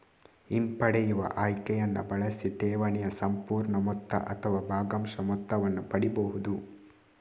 ಹಿಂಪಡೆಯುವ ಆಯ್ಕೆಯನ್ನ ಬಳಸಿ ಠೇವಣಿಯ ಸಂಪೂರ್ಣ ಮೊತ್ತ ಅಥವಾ ಭಾಗಶಃ ಮೊತ್ತವನ್ನ ಪಡೀಬಹುದು